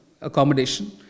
accommodation